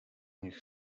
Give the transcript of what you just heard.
nich